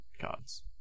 cards